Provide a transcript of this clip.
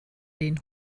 den